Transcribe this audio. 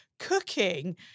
Cooking